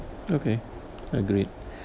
okay agreed